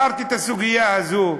אני בחרתי את הסוגיה הזאת,